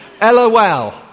LOL